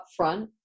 upfront